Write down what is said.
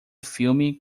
filme